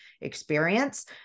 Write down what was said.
experience